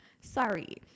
sorry